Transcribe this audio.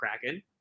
kraken